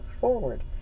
forward